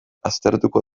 aztertuko